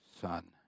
son